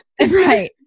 right